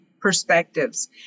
perspectives